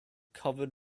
covered